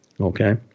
okay